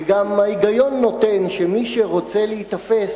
וגם ההיגיון נותן שמי שרוצה להיתפס,